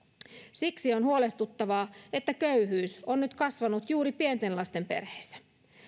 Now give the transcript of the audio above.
siksi on huolestuttavaa että köyhyys on nyt kasvanut juuri pienten lasten perheissä